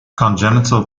congenital